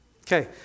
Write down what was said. Okay